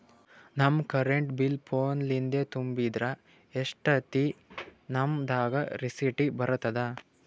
ನಮ್ current bill ಫೋನ ಲಿಂದೇ ತುಂಬಿದ್ರ, ಎಷ್ಟ ದಿ ನಮ್ ದಾಗ ರಿಸಿಟ ಬರತದ?